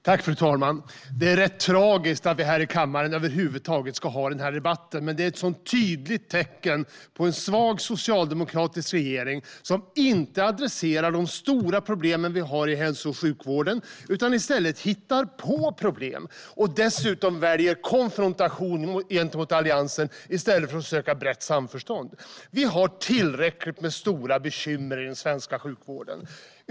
Fru talman! Det är rätt tragiskt att vi här i kammaren över huvud taget ska ha den här debatten. Det är ett tydligt tecken på en svag, socialdemokratisk regering som inte adresserar de stora problem vi har i hälso och sjukvården utan i stället hittar på problem och dessutom väljer konfrontation gentemot Alliansen i stället för att söka brett samförstånd. Vi har tillräckligt med stora bekymmer i den svenska sjukvården.